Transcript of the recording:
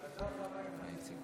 בזאת תמו יחסינו.